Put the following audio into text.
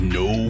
no